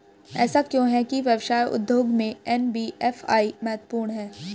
ऐसा क्यों है कि व्यवसाय उद्योग में एन.बी.एफ.आई महत्वपूर्ण है?